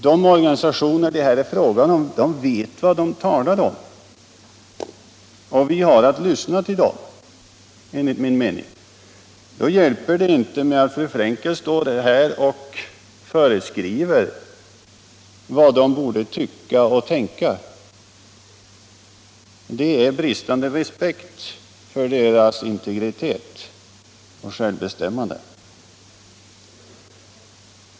De organisationer som det här är fråga om vet vad de talar om, och vi har enligt min mening att lyssna till dem. Då hjälper det inte att fru Frenkel står här och föreskriver dem vad de bör tycka och tänka — det är bara uttryck för bristande respekt för deras integritet och självbestämmande.